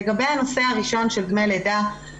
לגבי הנושא הראשון של דמי לידה,